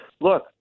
look